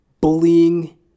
Bullying